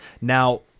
Now